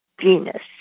Venus